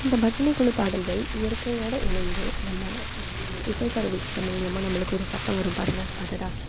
இந்த பஜனைக்குழு பாடல்கள் இயற்கையோட இணைந்து நம்ம இசைக்கருவிகள் மூலியமாக நம்மளுக்கு ஒரு சத்தம் வரும் பாருங்கள் அடடா